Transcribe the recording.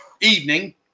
evening